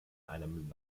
einem